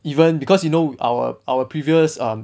even because you know our our previous um